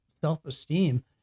self-esteem